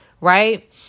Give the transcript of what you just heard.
right